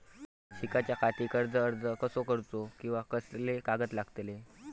शिकाच्याखाती कर्ज अर्ज कसो करुचो कीवा कसले कागद लागतले?